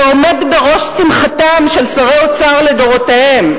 שעומד על ראש שמחתם של שרי אוצר לדורותיהם,